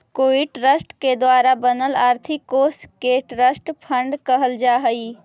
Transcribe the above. कोई ट्रस्ट के द्वारा बनल आर्थिक कोश के ट्रस्ट फंड कहल जा हई